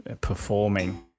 performing